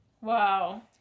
Wow